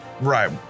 Right